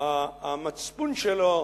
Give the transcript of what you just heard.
המצפון שלו,